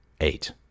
Eight